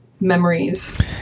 memories